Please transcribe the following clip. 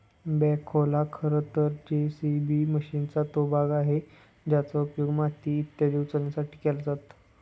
बॅखोला खरं तर जे.सी.बी मशीनचा तो भाग आहे ज्याचा उपयोग माती इत्यादी उचलण्यासाठी केला जातो